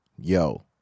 yo